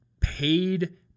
paid